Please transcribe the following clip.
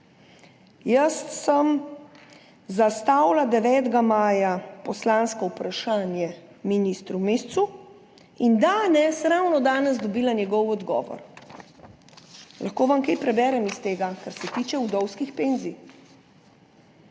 Jaz sem zastavila 9. maja poslansko vprašanje ministru Mescu in ravno danes dobila njegov odgovor. Lahko vam kaj preberem iz tega, kar se tiče vdovskih penzij.